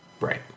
Right